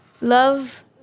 Love